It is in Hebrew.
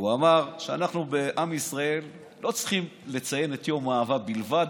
הוא אמר שאנחנו בעם ישראל לא צריכים לציין את יום האהבה בלבד,